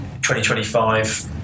2025